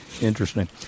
interesting